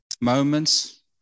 moments